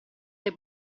dei